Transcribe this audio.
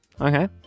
Okay